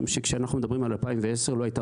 משום שכשאנחנו מדברים על 2010 לא הייתה